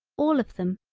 all of them,